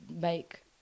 make